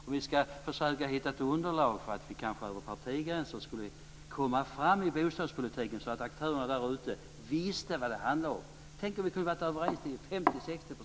Om vi skulle försöka hitta ett underlag för att kanske över partigränser komma fram i bostadspolitiken så att aktörerna därute visste vad det handlar om? Tänk om vi kunde ha varit överens till 50